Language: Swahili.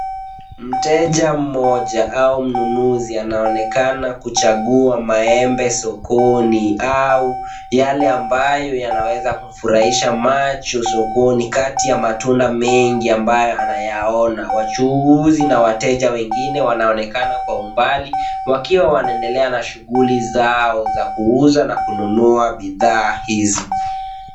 Mteja mmoja au mnunuzi anaonekana kuchagua maembe sokoni au yale ambayo yanaweza kufurahisha macho sokoni kati ya matunda mengi ambayo anayaona. Wachuuzi na wateja wengine wanaonekana kwa umbali wakiwa wanaendelea na shughuli zao za kuuza na kununua bidhaa hizi.